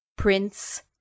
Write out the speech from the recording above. prince